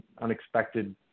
unexpected